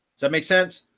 so it makes sense.